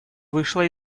вышла